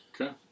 Okay